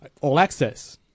All-access